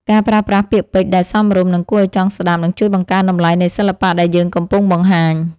ការប្រើប្រាស់ពាក្យពេចន៍ដែលសមរម្យ និង គួរឱ្យចង់ស្តាប់នឹងជួយបង្កើនតម្លៃនៃសិល្បៈដែលយើងកំពុងបង្ហាញ។